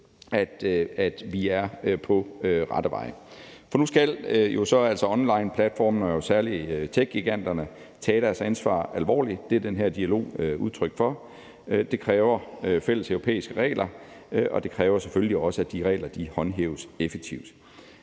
at vi er på rette vej. For nu ska onlineplatformene og særlig techgiganterne jo altså tage deres ansvar alvorligt. Det er den her dialog udtryk for. Det kræver fælleseuropæiske regler, og det kræver selvfølgelig også, at de regler håndhæves effektivt.